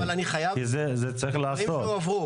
כי צריך לעשות את זה.